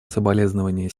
соболезнования